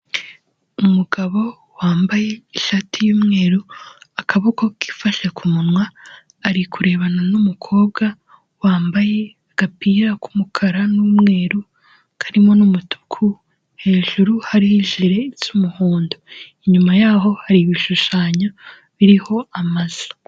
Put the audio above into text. Umugabo wambaye ishati y'umweru akaboko kifashe ku munwa, ari kurebana n'umukobwa wambaye agapira k'umukara n'umweru karimo n'umutuku, hejuru hariho ijire isa umuhondo, inyuma yaho hari ibishushanyo biriho amazu.